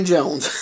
Jones